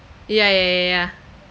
yeah yeah yeah yeah yeah